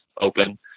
open